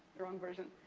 wrong version.